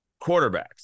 quarterbacks